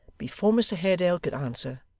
before mr haredale could answer,